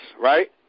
right